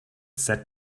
sat